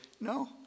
No